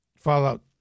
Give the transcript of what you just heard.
fallout